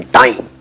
time